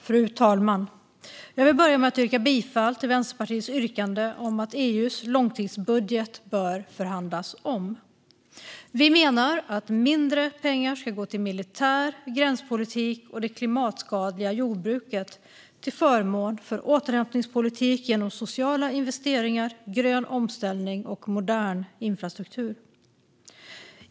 Fru talman! Jag vill börja med att yrka bifall till Vänsterpartiets reservation om att EU:s långtidsbudget bör förhandlas om. Vi menar att mindre pengar ska gå till militär, gränspolitik och det klimatskadliga jordbruket till förmån för återhämtningspolitik genom sociala investeringar, grön omställning och modern infrastruktur.